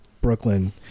Brooklyn-